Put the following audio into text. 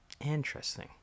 Interesting